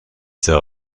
zur